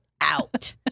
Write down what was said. out